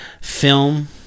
film